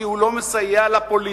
כי הוא לא מסייע לה פוליטית,